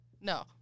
No